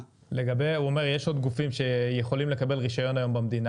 לגבי זה שהוא אומר שיש עוד גופים שיכולים לקבל רישיון היום במדינה